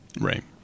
right